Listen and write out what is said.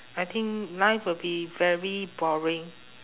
I think life would be very boring